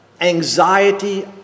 anxiety